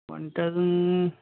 one ten